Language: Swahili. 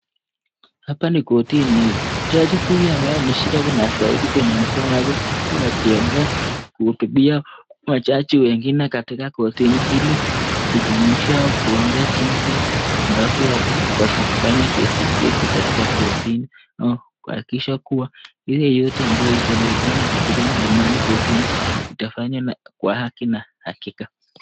Hapa ni kortini. Jaji huyu ambaye ameshika kinasa sauti katika mkono wake huku wakiongea kuhutubia majaji wengine katika kortini hili kujumuisha kuongea jinsi ambavyo ya kufanya kesi katika kortini na kuhakikisha kua ile yote ambayo hailetani na kortini itafanywa na kwa haki na hakika.